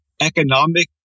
economic